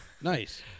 nice